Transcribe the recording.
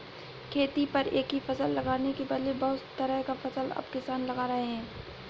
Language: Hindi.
खेती पर एक ही फसल लगाने के बदले बहुत तरह का फसल अब किसान लगा रहे हैं